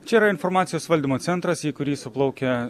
čia yra informacijos valdymo centras į kurį suplaukia